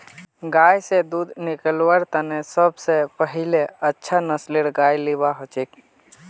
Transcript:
गाय स दूध निकलव्वार तने सब स पहिले अच्छा नस्लेर गाय लिबा हछेक